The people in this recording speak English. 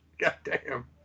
Goddamn